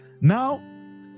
now